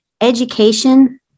Education